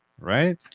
right